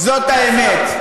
זאת האמת.